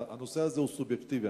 הנושא הזה הוא סובייקטיבי,